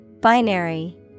Binary